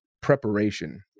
preparation